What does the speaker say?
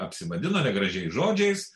apsivadino negražiais žodžiais